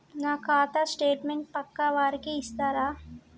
నా ఖాతా స్టేట్మెంట్ పక్కా వారికి ఇస్తరా?